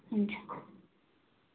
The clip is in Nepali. हुन्छ